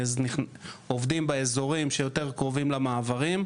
עובדים באזורים שיותר קרובים למעברים,